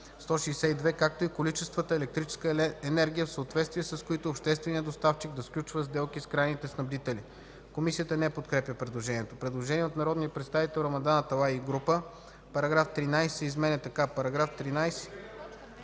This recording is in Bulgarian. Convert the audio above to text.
162, както и количеството електрическа енергия, в съответствие с които общественият доставчик да сключва сделки с крайните снабдители.” Комисията не подкрепя предложението. Предложение от народния представител Рамадан Аталай